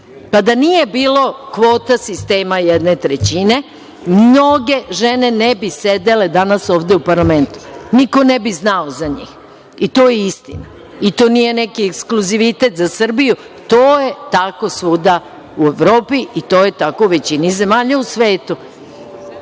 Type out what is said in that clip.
Da nije bilo kvota sistema jedne trećine, mnoge žene ne bi sedele danas ovde u parlamentu. Niko ne bi znao za njih. I to je istina. To nije neki ekskluzivitet za Srbiju, to je tako svuda u Evropi i to je tako u većini zemalja u svetu.